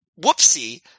whoopsie